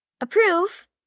approve